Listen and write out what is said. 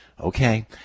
Okay